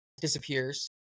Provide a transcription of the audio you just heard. disappears